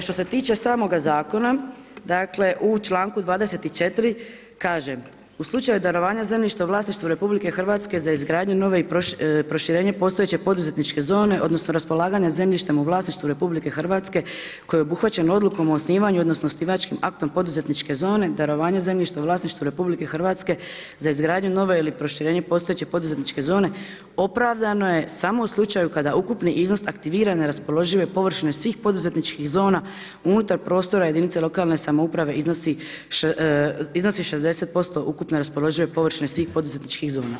Što se tiče samoga zakona, dakle, u čl.24. kaže, u slučaju darovanja zemljišta u vlasništvu RH za izgradnju nove i proširenje postojeće poduzetničke zone, odnosno, raspolaganjem zemljištem u vlasništvu RH, koji obuhvaćen odlukom o osnivanju odnosno, osnivačkom aktom poduzetničke zone, darovanje zemljište u vlasništvu RH, za izgradnju nove ili proširenje postojeće poduzetničke zone, opravdano je samo u slučaju kada ukupni iznos aktivira neraspoložive površine svih poduzetničkih zona unutar prostora jedinica lokalne samouprave iznosi 60% ukupne raspoložive površine svih poduzetničkih zona.